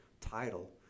title